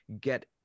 Get